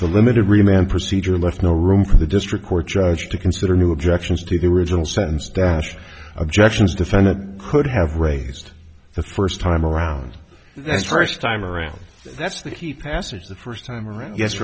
the limited remained procedure left no room for the district court judge to consider new objections to the original sentence dashed objections defendant could have raised the first time around that first time around that's the key passage the first time around yes